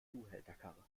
zuhälterkarre